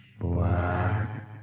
Black